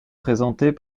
présentés